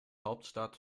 hauptstadt